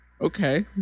Okay